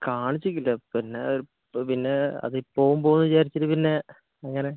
കാണിച്ചിട്ടില്ലാ പിന്നെ പിന്നെ അത് പോകും പോകും എന്ന് വിചാരിച്ചിട്ട് പിന്നെ അങ്ങനെ